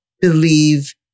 believe